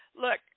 look